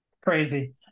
Crazy